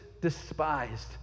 despised